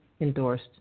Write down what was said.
endorsed